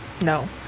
no